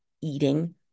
eating